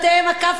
אתם הכף,